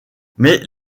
mais